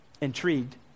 intrigued